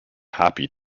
happy